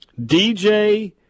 DJ